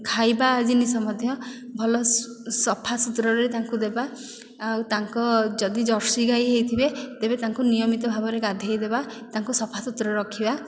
ଖାଇବା ଜିନିଷ ମଧ୍ୟ ଭଲ ସଫା ସୁତୁରାରେ ତାଙ୍କୁ ଦେବା ଆଉ ତାଙ୍କ ଯଦି ଜର୍ସି ଗାଈ ହୋଇଥିବେ ତେବେ ତାଙ୍କୁ ନିୟମିତ ଭାବରେ ଗାଧୋଇଦେବା ତାଙ୍କୁ ସଫାସୁତୁରା ରଖିବା